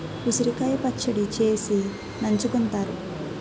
ఉసిరికాయ పచ్చడి చేసి నంచుకుంతారు